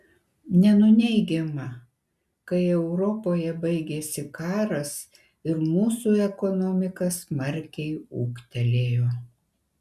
nenuneigiama kai europoje baigėsi karas ir mūsų ekonomika smarkiai ūgtelėjo